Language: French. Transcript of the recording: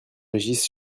régis